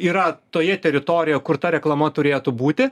yra toje teritorija kur ta reklama turėtų būti